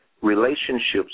relationships